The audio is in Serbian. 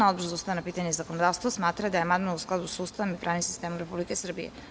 Odbor za ustavna pitanja i zakonodavstvo smatra da je amandman u skladu sa Ustavom i pravnim sistemom Republike Srbije.